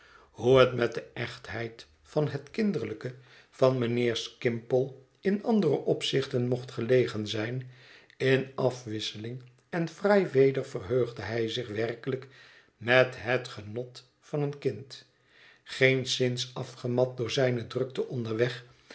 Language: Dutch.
hoe het met de echtheid van het kinderlijke van mijnheer skimpole in andere opzichten mocht gelegen zijn in afwisseling en fraai weder verheugde hij zich werkelijk met het genot van een kind geenszins afgemat door zijne drukte onderweg